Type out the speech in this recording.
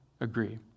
agree